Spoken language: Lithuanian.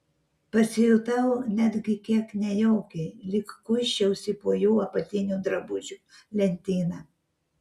pasijutau netgi kiek nejaukiai lyg kuisčiausi po jų apatinių drabužių lentyną